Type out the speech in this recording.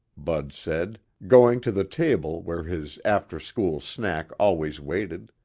bud said, going to the table where his after-school snack always waited.